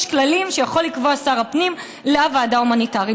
יש כללים שיכול לקבוע שר הפנים לוועדה ההומניטרית,